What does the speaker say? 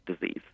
disease